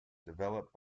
developed